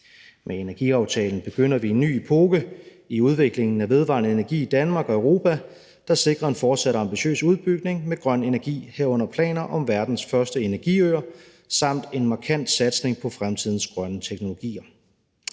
Med energiaftalen begynder vi en ny epoke i udviklingen af vedvarende energi i Danmark og Europa, der sikrer en fortsat ambitiøs udbygning med grøn energi, herunder planer om verdens første energiøer samt en markant satsning på fremtidens grønne teknologier.